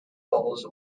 bowls